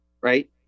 Right